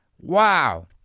wow